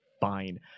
fine